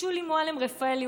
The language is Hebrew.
ושולי מועלם-רפאלי,